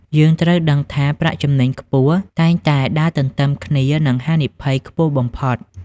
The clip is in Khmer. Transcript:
យើងត្រូវដឹងថា ប្រាក់ចំណេញខ្ពស់ តែងតែដើរទន្ទឹមគ្នានឹងហានិភ័យខ្ពស់បំផុត។